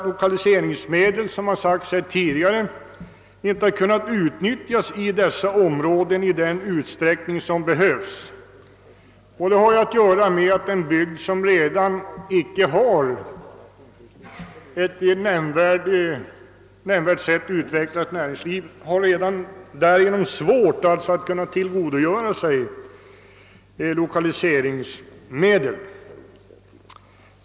Lokaliseringsmedel har inom dessa områden inte kunnat utnyttjas i erforderlig utsträckning. En bygd, som inte redan äger ett utvecklat näringsliv, har nämligen svårt att tillgodogöra sig lokaliseringsmedel.